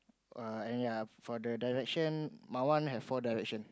err and ya for the direction my one have four direction